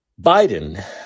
Biden